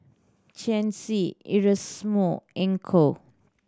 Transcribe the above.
Erasmo Enoch